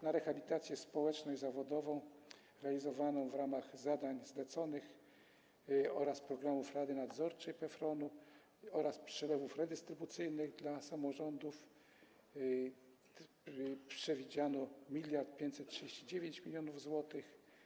Na rehabilitację społeczną i zawodową realizowaną w ramach zadań zleconych i programów Rady Nadzorczej PFRON-u oraz przelewów redystrybucyjnych dla samorządów przewidziano 1539 mln zł.